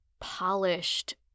polished